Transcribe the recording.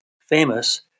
famous